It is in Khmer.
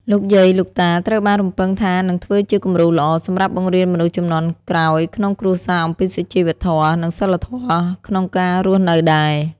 លោកយាយ លោកតាត្រូវបានរំពឹងថានឹងធ្វើជាគំរូល្អ សម្រាប់បង្រៀនមនុស្សជំនាន់ក្រោយក្នុងគ្រួសារអំពីសុជីវធម៌ និងសីលធម៌ក្នុងការរស់នៅដែរ។